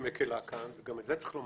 שמקלה, וגם את זה צריך לומר.